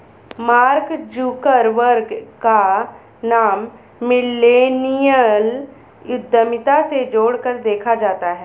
mark Zuckerberg का नाम millennial उद्यमिता से जोड़कर देखा जाता है